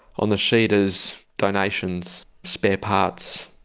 on the sheet as donations, spare parts,